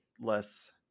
less